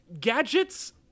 gadgets